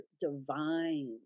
divine